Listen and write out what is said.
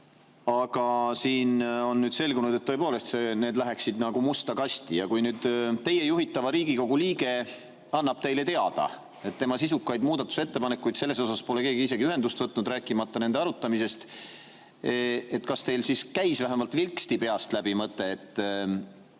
aga siin on nüüd selgunud, et tõepoolest need lähevad nagu musta kasti. Kui nüüd teie juhitava Riigikogu liige annab teile teada, et tema sisukaid muudatusettepanekuid pole [arvestatud], keegi pole isegi ühendust võtnud, rääkimata nende arutamisest, siis kas teil käis vähemalt vilksti peast läbi mõte, et